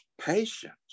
patience